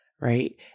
right